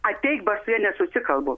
ateik aš su ja susikalbu